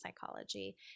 psychology